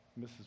Mrs